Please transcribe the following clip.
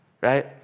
right